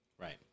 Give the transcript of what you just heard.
Right